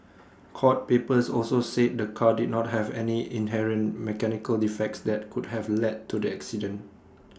court papers also said the car did not have any inherent mechanical defects that could have led to the accident